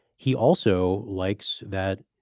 he also likes that,